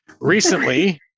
recently